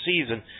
season